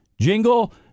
jingle